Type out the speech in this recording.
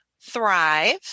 thrive